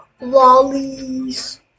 Lollies